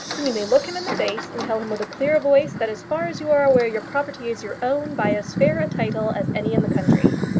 then you may look him in the face, and tell him with a clear voice that as far as you are aware your property is your own by as fair a title as any in the country.